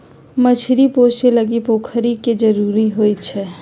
मछरी पोशे लागी पोखरि के जरूरी होइ छै